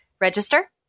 register